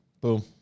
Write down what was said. boom